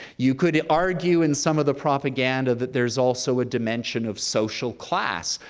you could argue in some of the propaganda that there's also a dimension of social class.